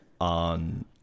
on